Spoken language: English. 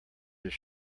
his